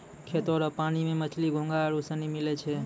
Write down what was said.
खेत रो पानी मे मछली, घोंघा आरु सनी मिलै छै